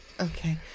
Okay